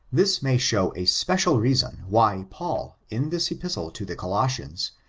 this may show a special reason, why paul, in this epistle to the colossians,